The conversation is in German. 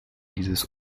dieses